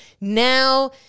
Now